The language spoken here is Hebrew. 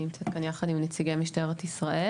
אני נמצאת כאן יחד עם נציגי משטרת ישראל.